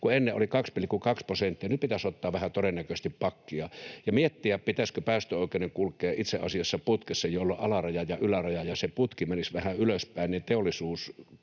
kun ennen oli 2,2 prosenttia. Nyt pitäisi todennäköisesti ottaa vähän pakkia ja miettiä, pitäisikö päästöoikeuden kulkea itse asiassa putkessa, jolloin alaraja ja yläraja ja se putki menisivät vähän ylöspäin niin, että teollisuus